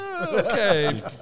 Okay